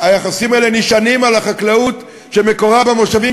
היחסים האלה נשענים על החקלאות שמקורה במושבים,